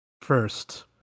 first